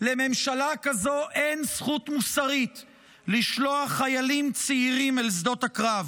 לממשלה כזו אין זכות מוסרית לשלוח חיילים צעירים אל שדות הקרב.